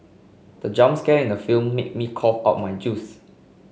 the jump scare in the film made me cough out my juice